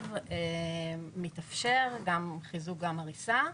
גווניו מתאפשר, גם חיזוק וגם הריסה.